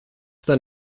than